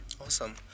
Awesome